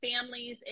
families